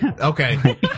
Okay